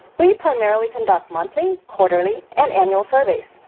we primarily conduct monthly, quarterly and annual surveys.